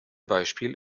beispiel